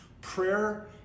Prayer